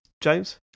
James